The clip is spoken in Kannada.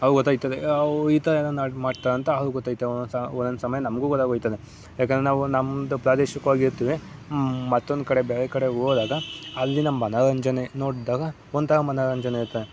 ಅವು ಗೊತ್ತಾಯ್ತದೆ ಅವು ಈ ಥರ ನಡ್ದಾಡ್ತ ಅಂತ ಆವಾಗ ಗೊತ್ತಾಯ್ತವೆ ಒಂದೊಂದು ಸಲ ಒಂದೊಂದು ಸಮಯ ನಮಗೂ ಗೊತ್ತಾಗೋಯ್ತದೆ ಯಾಕೆಂದ್ರೆ ನಾವು ನಮ್ದು ಪ್ರಾದೇಶಿಕವಾಗಿ ಇರ್ತದೆ ಮತ್ತೊಂದು ಕಡೆ ಬೇರೆ ಕಡೆ ಹೋದಾಗ ಅಲ್ಲಿನ ಮನೋರಂಜನೆ ನೋಡಿದಾಗ ಒಂಥರ ಮನೋರಂಜನೆ ಆಯ್ತದೆ